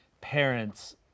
parents